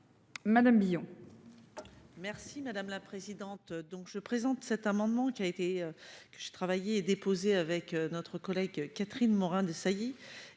Madame Billon.